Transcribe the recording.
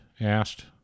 asked